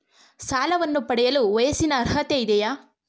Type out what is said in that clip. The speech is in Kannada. ಸಾಲವನ್ನು ಪಡೆಯಲು ವಯಸ್ಸಿನ ಅರ್ಹತೆ ಇದೆಯಾ?